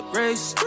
race